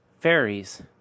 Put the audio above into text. fairies